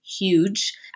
huge